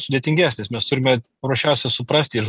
sudėtingesnis mes turime paprasčiausia suprasti ir